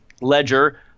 ledger